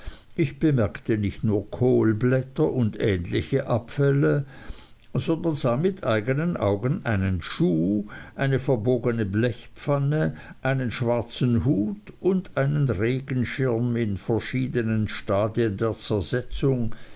ich bemerkte nicht nur kohlblätter und ähnliche abfälle sondern sah mit eignen augen einen schuh eine verbogene blechpfanne einen schwarzen hut und einen regenschirm in verschiedenen stadien der zersetzung